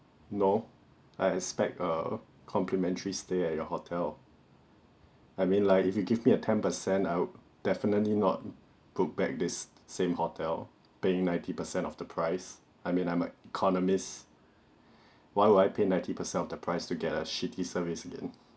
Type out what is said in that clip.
no I expect a complimentary stay at your hotel I mean like if you give me a ten percent I'd definitely not book back this same hotel paying ninety percent of the price I mean I'm an economists why would pay ninety percent of the price to get a shitty service again